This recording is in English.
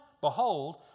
behold